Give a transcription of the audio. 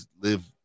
live